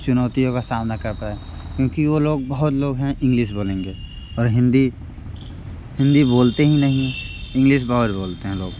चुनौतियों का सामना करता है क्योंकि वह लोग बहुत लोग हैं इंग्लिश बोलेंगे और हिंदी हिंदी बोलते हीं नहीं हैं इंग्लिश बहुत बोलते हैं लोग